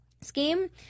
scheme